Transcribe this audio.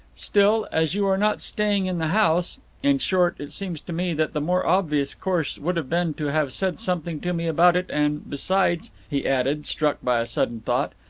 still, as you are not staying in the house in short, it seems to me that the more obvious course would have been to have said something to me about it and besides, he added, struck by a sudden thought,